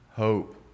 hope